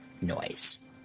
noise